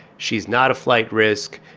she's not a flight risk.